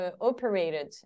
operated